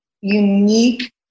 unique